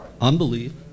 unbelief